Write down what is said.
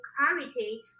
clarity